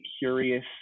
curious